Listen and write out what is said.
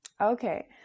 Okay